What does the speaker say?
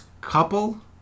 couple